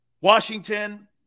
Washington